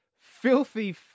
filthy